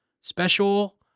special